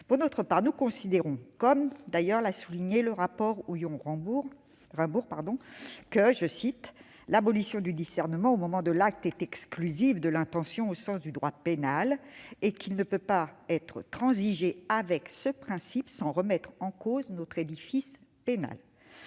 pour notre part, comme l'a souligné le rapport Houillon-Raimbourg, que « l'abolition du discernement au moment de l'acte est exclusive de l'intention au sens du droit pénal [...] et qu'il ne peut être transigé avec ce principe sans remettre en cause notre édifice pénal